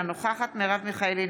אינה נוכחת מרב מיכאלי,